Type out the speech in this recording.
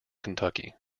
kentucky